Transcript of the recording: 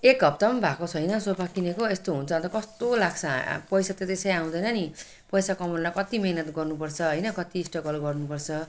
एक हप्ता भएको छैन सोफा किनेको यस्तो हुन्छ भने त कस्तो लाग्छ पैसा त त्यसै आउँदैन नि पैसा कमाउनलाई कति मेहनत गर्नु पर्छ होइन कति स्ट्रगल गर्नु पर्छ